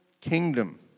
kingdom